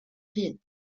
hun